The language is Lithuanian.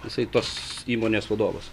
jisai tos įmonės vadovas